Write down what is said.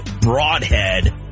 broadhead